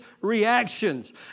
reactions